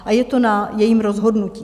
A je to na jejím rozhodnutí.